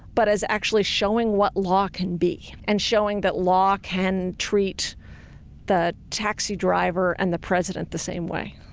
but as actually showing what law can be and showing that law can treat the taxi driver and the president the same way.